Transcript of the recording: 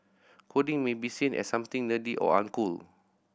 coding may be seen as something nerdy or uncool